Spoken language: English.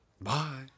Bye